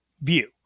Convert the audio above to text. view